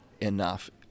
enough